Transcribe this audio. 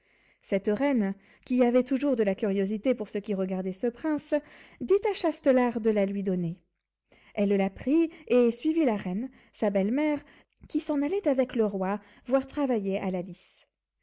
cette reine qui avait toujours de la curiosité pour ce qui regardait ce prince dit à châtelart de la lui donner elle la prit et suivit la reine sa belle-mère qui s'en allait avec le roi voir travailler à la lice